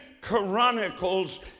Chronicles